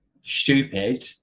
stupid